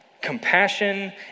compassion